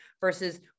versus